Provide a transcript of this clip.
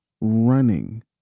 running